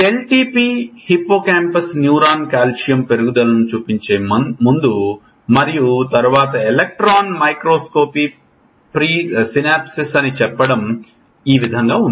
LTP hippocampus neuron calcium పెరుగుదలను చూపించే ముందు మరియు తరువాత ఎలక్ట్రాన్ మైక్రోస్కోపీ సినాప్సెస్ అని చెప్పడం ఈ విధంగా ఉంది